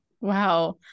Wow